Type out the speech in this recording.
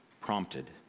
prompted